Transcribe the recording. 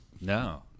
No